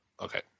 Okay